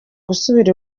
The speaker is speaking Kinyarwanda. gusubira